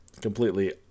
completely